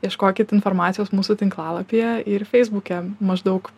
ieškokit informacijos mūsų tinklalapyje ir feisbuke maždaug